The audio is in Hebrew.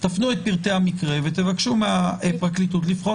תפנו את פרטי המקרה ותבקשו מהפרקליטות לבחון,